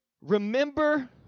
Remember